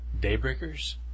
Daybreakers